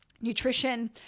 nutrition